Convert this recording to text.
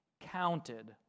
counted